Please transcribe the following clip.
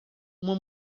uma